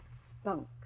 Spunk